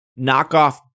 knockoff